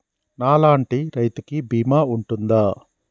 నా లాంటి రైతు కి బీమా ఉంటుందా?